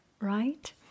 right